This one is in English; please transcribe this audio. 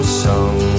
song